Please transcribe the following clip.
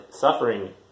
suffering